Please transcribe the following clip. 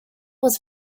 was